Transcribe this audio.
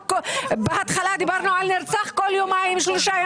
בהתחלה דיברנו על נרצח כל יומיים-שלושה.